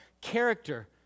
character